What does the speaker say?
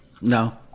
No